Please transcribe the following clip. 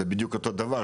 זה בדיוק אותו דבר,